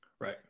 Right